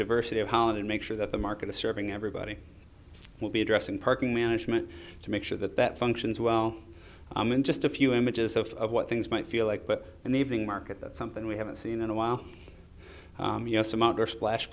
diversity of holiday and make sure that the market is serving everybody will be addressing parking management to make sure that that functions well in just a few images of what things might feel like but in the evening market that's something we haven't seen in a while you know some other flash